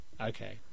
Okay